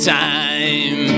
time